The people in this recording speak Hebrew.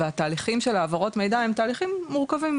והתהליכים של העברות מידע הם תהליכים מורכבים,